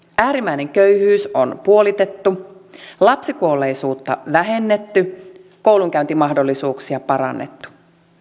äärimmäinen köyhyys on puolitettu lapsikuolleisuutta vähennetty koulunkäyntimahdollisuuksia parannettu